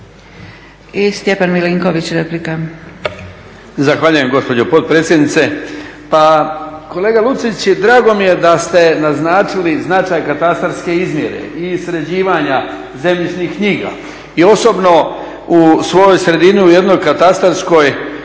Stjepan (HDZ)** Zahvaljujem gospođo potpredsjednice. Pa kolega Lucić, drago mi je da ste naznačili značaj katastarske izmjere i sređivanja zemljišnih knjiga i osobno u svojoj sredini u jednoj katastarskoj